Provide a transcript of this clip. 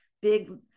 big